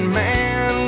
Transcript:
man